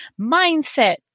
mindset